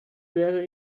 wäre